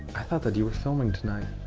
i thought that you were filming tonight.